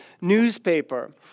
newspaper